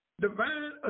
divine